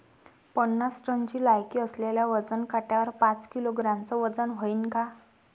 पन्नास टनची लायकी असलेल्या वजन काट्यावर पाच किलोग्रॅमचं वजन व्हईन का?